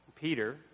Peter